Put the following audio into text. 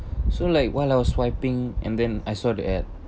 so like while I was swiping and then I saw the ad